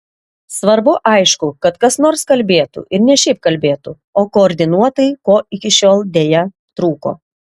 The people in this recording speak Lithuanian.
svarbu aišku kad kas nors kalbėtų ir ne šiaip kalbėtų o koordinuotai ko iki šiol deja trūko